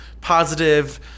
positive